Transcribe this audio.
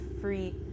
free